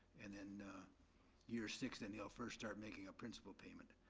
and then year six then they'll first starting making a principal payment.